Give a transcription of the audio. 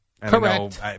Correct